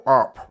up